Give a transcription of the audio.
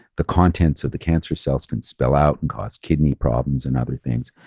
the contents of the cancer cells can spill out and cause kidney problems and other things,